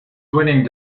winning